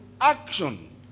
action